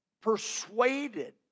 persuaded